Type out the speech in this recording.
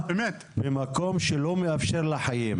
במקום שלא מאפשר לה חיים.